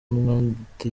umwanditsi